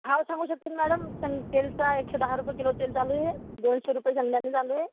हो सांगू शकते ना मॅडम शेंग तेलचा एकशे दहा रुपये किलो तेल चालू आहे दोनशे रुपये शेंगदाणे चालू आहे